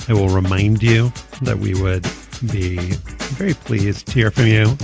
will remind you that we would be very pleased to hear from you.